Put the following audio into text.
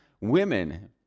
women